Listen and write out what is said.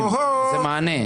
איזה מענה?